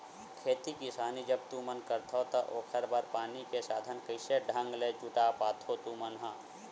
खेती किसानी जब तुमन करथव त ओखर बर पानी के साधन कइसे ढंग ले जुटा पाथो तुमन ह?